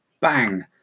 bang